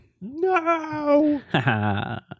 No